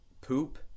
poop